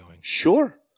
sure